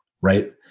right